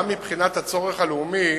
גם מבחינת הצורך הלאומי